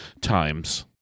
times